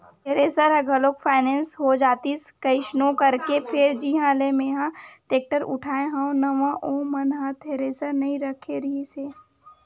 thresher ह घलोक finance हो जातिस कइसनो करके फेर जिहाँ ले मेंहा टेक्टर उठाय हव नवा ओ मन ह थेरेसर नइ रखे रिहिस हे